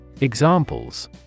Examples